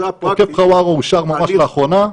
עוקף חווארה אושר ממש לאחרונה,